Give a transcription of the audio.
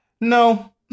no